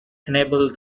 enabled